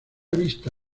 vista